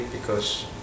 because-